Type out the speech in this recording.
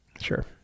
Sure